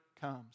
comes